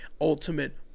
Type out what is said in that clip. ultimate